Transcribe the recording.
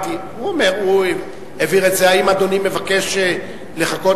אדוני מבקש לחכות?